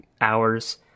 hours